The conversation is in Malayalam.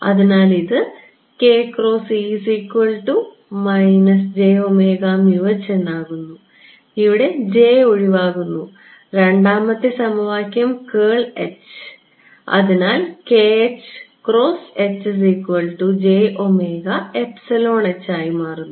അതിനാൽ ഇത് എന്നാകുന്നു ഇവിടെ j ഒഴിവാക്കുന്നു രണ്ടാമത്തെ സമവാക്യം കേൾ h അതിനാൽ ആയി മാറുന്നു